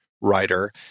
writer